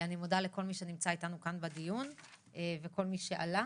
אני מודה לכל מי שנמצא איתנו כאן בדיון וגם כל מי שעלה.